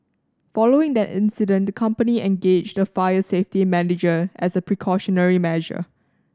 following that incident the company engaged a fire safety manager as a precautionary measure